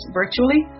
virtually